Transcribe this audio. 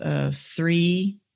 three